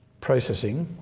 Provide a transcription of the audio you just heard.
processing.